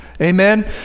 amen